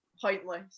pointless